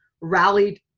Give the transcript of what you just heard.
rallied